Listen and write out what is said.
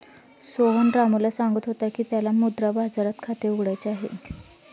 सोहन रामूला सांगत होता की त्याला मुद्रा बाजारात खाते उघडायचे आहे